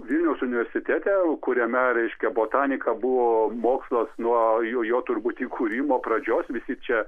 vilniaus universitete kuriame reiškia botanika buvo mokslas nuo jo jo turbūt įkūrimo pradžios visi čia